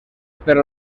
per